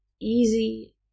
easy